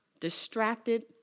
distracted